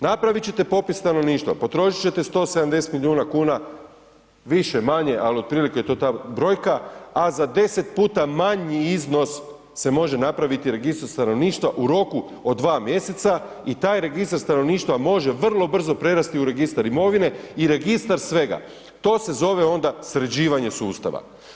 Napravit ćete popis stanovništva, potrošit ćete 170 milijuna kuna više-manje, al otprilike je to ta brojka, a za 10 puta manji iznos se može napraviti registar stanovništva u roku od 2 mjeseca i taj registar stanovništva može vrlo brzo prerasti u registar imovine i registar svega, to se zove onda sređivanje sustava.